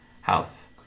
house